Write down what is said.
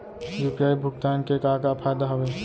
UPI भुगतान के का का फायदा हावे?